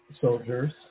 soldiers